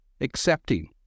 accepting